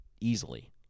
easily